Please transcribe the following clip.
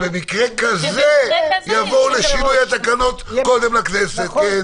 שבמקרה כזה יבואו לשינוי התקנות קודם לכנסת, כן.